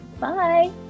Bye